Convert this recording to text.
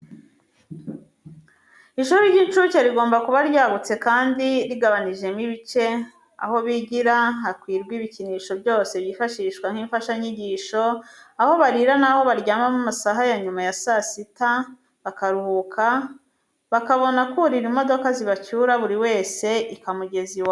Ishuri ry'incuke rigomba kuba ryagutse kandi rigabanijemo ibice: aho bigira hakwirwa ibikinisho byose byifashishwa nk'imfashanyigisho, aho barira n'aho baryama mu masaha ya nyuma ya saa sita, bakaruhuka, bakabona kurira imodoka zibacyura, buri wese ikamugeza iwabo.